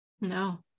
no